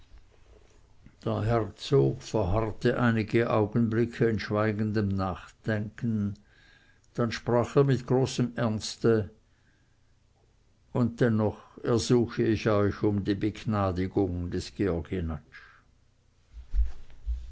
herzog verharrte einige augenblicke in schweigendem nachdenken dann sprach er mit großem ernste und dennoch ersuche ich euch um die begnadigung des georg